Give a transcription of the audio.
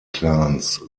clans